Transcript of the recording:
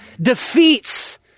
defeats